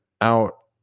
out